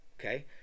Okay